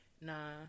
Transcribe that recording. nah